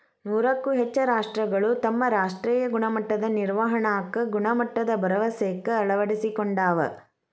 ನೂರಕ್ಕೂ ಹೆಚ್ಚ ರಾಷ್ಟ್ರಗಳು ತಮ್ಮ ರಾಷ್ಟ್ರೇಯ ಗುಣಮಟ್ಟದ ನಿರ್ವಹಣಾಕ್ಕ ಗುಣಮಟ್ಟದ ಭರವಸೆಕ್ಕ ಅಳವಡಿಸಿಕೊಂಡಾವ